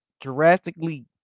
drastically